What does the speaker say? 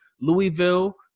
Louisville